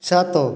ସାତ